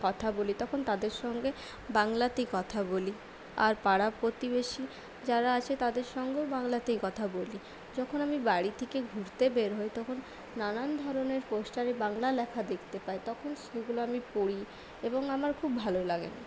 কথা বলি তখন তাদের সঙ্গে বাংলাতেই কথা বলি আর পাড়া প্রতিবেশী যারা আছে তাদের সঙ্গেও বাংলাতেই কথা বলি যখন আমি বাড়ি থেকে ঘুরতে বের হই তখন নানান ধরনের পোস্টারে বাংলা লেখা দেখতে পাই তখন সেগুলো আমি পড়ি এবং আমার খুব ভালো লাগে